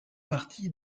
partie